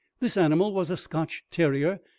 this animal was a scotch terrier,